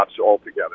altogether